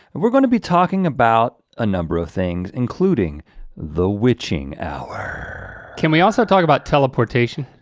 we're gonna be talking about a number of things including the witching hour. can we also talk about teleportation?